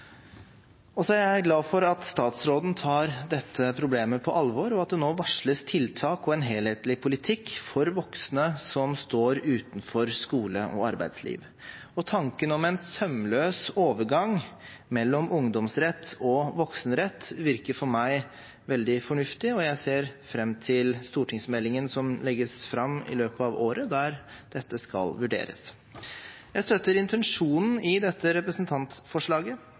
viktig. Så er jeg glad for at statsråden tar dette problemet alvorlig, og at det nå varsles tiltak og en helhetlig politikk for voksne som står utenfor skole og arbeidsliv. Tanken om en sømløs overgang mellom ungdomsrett og voksenrett virker for meg veldig fornuftig, og jeg ser fram til stortingsmeldingen, som legges fram i løpet av året, der dette skal vurderes. Jeg støtter intensjonen i dette representantforslaget,